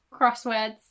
crosswords